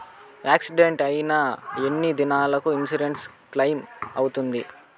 Accident అయిన ఎన్ని దినాలకు ఇన్సూరెన్సు క్లెయిమ్ అవుతుంది?